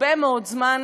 הרבה מאוד זמן,